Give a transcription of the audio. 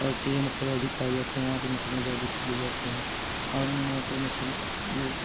اور کییڑے مکوڑے ادھک پائے جاتے ہیں وہاں پہ مچھلیاں زیادہ پکڑی جاتی ہیں اور ان لوگوں کو مچھلی جو